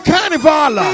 Carnival